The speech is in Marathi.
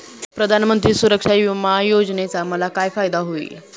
प्रधानमंत्री सुरक्षा विमा योजनेचा मला काय फायदा होईल?